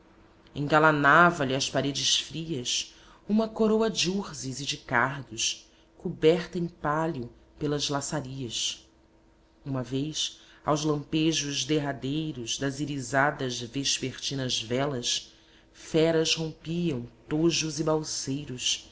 esquisita engalanava lhe as paredes frias uma coroa de urzes e de cardos coberta em pálio pelas laçarias uma vez aos lampejos derradeiros das irisadas vespertinas velas feras rompiam tojos e balseiros